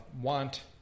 want